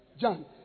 John